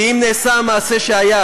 כי אם נעשה המעשה שהיה,